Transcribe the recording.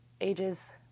ages